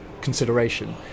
consideration